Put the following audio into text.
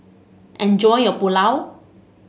enjoy your Pulao